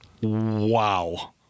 Wow